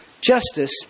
justice